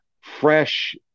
fresh